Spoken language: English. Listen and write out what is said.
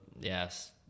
yes